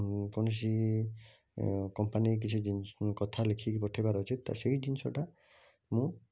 କୌଣସି କମ୍ପାନୀ କିଛି ଜିନି କଥା ଲେଖିକି ପଠାଇବାର ଅଛି ତ ସେହି ଜିନିଷଟା ମୁଁ